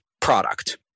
product